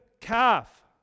calf